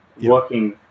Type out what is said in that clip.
working